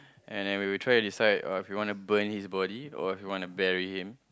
and then we will try to decide oh if we want to burn his body or if we want to bury him